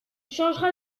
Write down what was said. changera